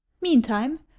Meantime